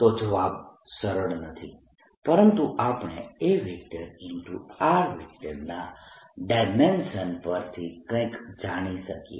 તો જવાબ સરળ નથી પરંતુ આપણે A ના ડાયમેંશન્સ પરથી કંઈક જાણી શકીએ